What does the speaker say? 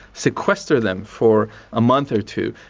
sequester them for a month or two,